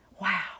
Wow